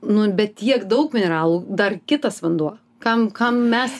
nu bet tiek daug mineralų dar kitas vanduo kam kam mes